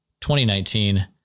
2019